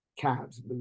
cabs